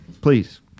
please